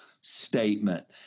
statement